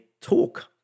talk